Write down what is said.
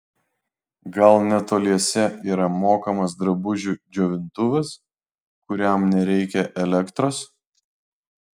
gal netoliese yra mokamas drabužių džiovintuvas kuriam nereikia elektros